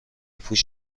پوش